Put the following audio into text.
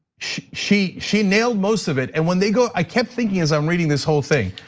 she she nailed most of it. and when they go, i kept thinking as i'm reading this whole thing.